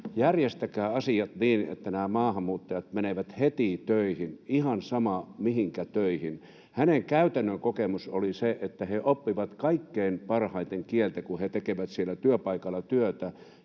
järjestäkää asiat niin, että maahanmuuttajat menevät heti töihin — ihan sama, mihinkä töihin. Hänen käytännön kokemuksensa oli se, että he oppivat kaikkein parhaiten kieltä, kun he tekevät siellä työpaikalla työtä